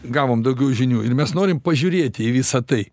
gavom daugiau žinių ir mes norim pažiūrėti į visa tai